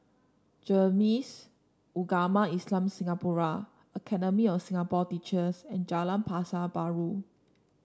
Ugama Islam Singapura Academy of Singapore Teachers and Jalan Pasar Baru